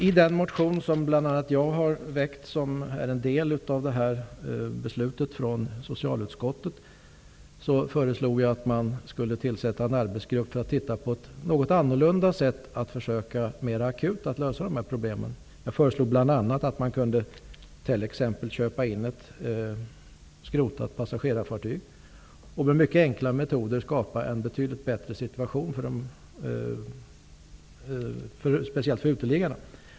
I den motion som bl.a. jag har väckt -- och som är en del av grunden för beslutet från socialutskottet -- föreslog jag att man skulle tillsätta en arbetsgrupp för att titta på ett något annorlunda sätt att lösa de akuta problemen. Jag föreslog bl.a. att man skulle köpa in ett skrotat passagerarfartyg. Med mycket enkla metoder skulle man kunna skapa en betydligt bättre situation speciellt för uteliggarna.